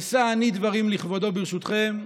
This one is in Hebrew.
אשא אני דברים לכבודו, ברשותכם,